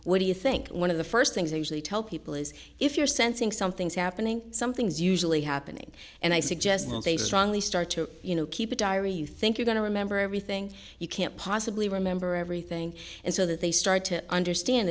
what do you think one of the first things i usually tell people is if you're sensing something's happening something's usually happening and i suggest they strongly start to you know keep a diary you think you've got to remember everything you can't possibly remember everything and so that they start to understand